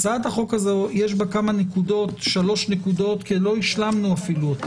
בהצעת החוק יש שלוש נקודות שלא השלמנו אפילו.